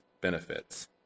benefits